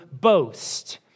boast